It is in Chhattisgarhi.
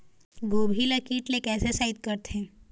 गोभी ल कीट ले कैसे सइत करथे?